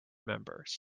members